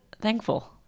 thankful